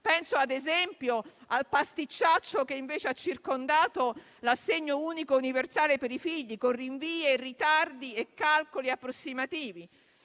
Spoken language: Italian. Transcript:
Penso ad esempio al pasticciaccio che, invece, ha circondato l'assegno unico universale per i figli, con rinvii, ritardi e calcoli approssimativi.